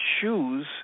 choose